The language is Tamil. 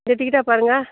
இந்த டிக்கட்டா பாருங்க